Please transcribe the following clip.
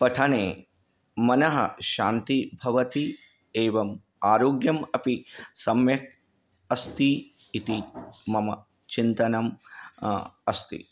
पठने मनःशान्तिः भवति एवम् आरोग्यम् अपि सम्यक् अस्ति इति मम चिन्तनम् अस्ति